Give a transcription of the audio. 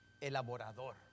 elaborador